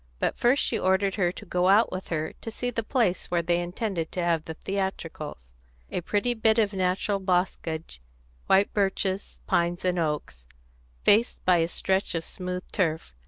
but first she ordered her to go out with her to see the place where they intended to have the theatricals a pretty bit of natural boscage white birches, pines, and oaks faced by a stretch of smooth turf,